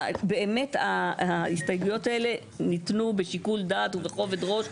באמת ההסתייגויות האלה ניתנו בשיקול דעת ובכובד ראש.